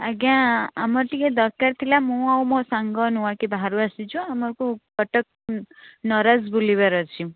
ଆଜ୍ଞା ଆମର ଟିକିଏ ଦରକାର ଥିଲା ମୁଁ ଆଉ ମୋ ସାଙ୍ଗ ନୂଆକି ବାହାରୁ ଆସିଛୁ ଆମକୁ କଟକ ନରାଜ ବୁଲିବାର ଅଛି